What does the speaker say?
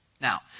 Now